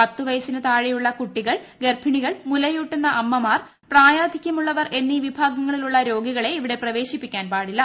പത്ത് വയസിന് താഴെയുള്ള കുട്ടികൾ ഗർഭിണികൾ മുലയൂട്ടുന്ന അമ്മമാർ പ്രായാധികൃമുള്ളവർ എന്നീ വിഭാഗങ്ങളിലുള്ള രോഗികളെ ഇവിടെ പ്രവേശിപ്പിക്കാൻ പാടില്ല